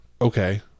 okay